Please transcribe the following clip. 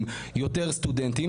כדי להביא ולהחזיר עוד יותר סטודנטים